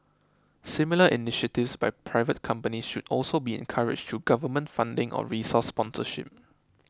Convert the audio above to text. similar initiatives by private companies should also be encouraged through government funding or resource sponsorship